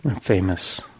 famous